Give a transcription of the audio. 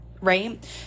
right